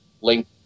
link